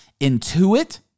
Intuit